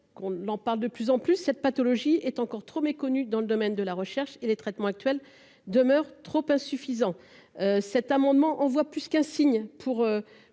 qu'on en parle de plus en plus cette pathologie est encore trop méconnue, dans le domaine de la recherche et les traitements actuels demeurent trop insuffisant cet amendement on voit plus qu'un signe pour